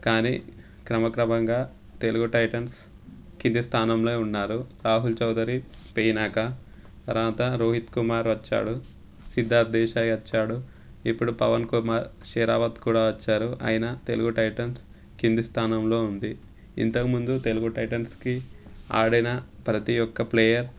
కానీ క్రమక్రమంగా తెలుగు టైటన్స్ కింది స్థానంలోనే ఉన్నారు రాహుల్ చౌదరి పోయినాక తర్వాత రోహిత్ కుమార్ వచ్చాడు సిద్ధార్థ్ దేశాయ్ వచ్చాడు ఇప్పుడు పవన్ కుమార్ షెరావత్ కూడా వచ్చారు అయినా తెలుగు టైటన్స్ కింది స్థానంలో ఉంది ఇంతకుముందు తెలుగు టైటన్స్కి ఆడిన ప్రతి ఒక్క ప్లేయర్